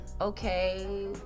okay